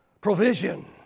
Provision